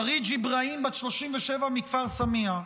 אריג' איברהים, בת 37, מכפר סמיע,